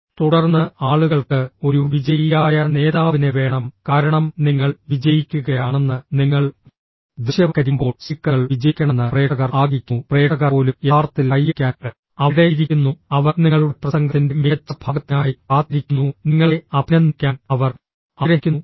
തുടർന്ന് ആളുകൾക്ക് ഒരു വിജയിയായ നേതാവിനെ വേണം കാരണം നിങ്ങൾ വിജയിക്കുകയാണെന്ന് നിങ്ങൾ ദൃശ്യവൽക്കരിക്കുമ്പോൾ സ്പീക്കറുകൾ വിജയിക്കണമെന്ന് പ്രേക്ഷകർ ആഗ്രഹിക്കുന്നു പ്രേക്ഷകർ പോലും യഥാർത്ഥത്തിൽ കയ്യടിക്കാൻ അവിടെ ഇരിക്കുന്നു അവർ നിങ്ങളുടെ പ്രസംഗത്തിന്റെ മികച്ച ഭാഗത്തിനായി കാത്തിരിക്കുന്നു നിങ്ങളെ അഭിനന്ദിക്കാൻ അവർ ആഗ്രഹിക്കുന്നു നിങ്ങളെ വിമർശിക്കാൻ അവർ അവിടെയില്ല